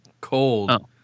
Cold